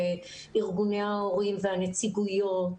וארגוני ההורים והנציגויות,